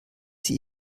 sie